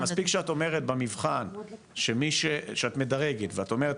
מספיק שאת אומרת במבחן שאת מדרגת ואת אומרת,